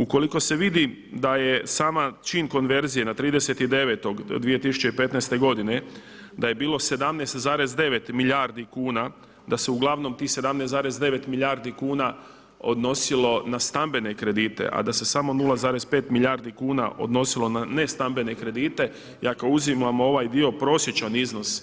Ukoliko se vidi da je sam čin konverzije na 30.09.2015. godine da je bilo 17,9 milijardi kuna, da se uglavnom tih 17,9 milijardi kuna odnosilo na stambene kredite a da se samo 0,5 milijardi kuna odnosilo na nestambene kredite i ako uzimamo u ovaj dio prosječan iznos